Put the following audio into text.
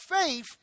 faith